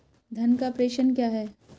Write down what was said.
धन का प्रेषण क्या है?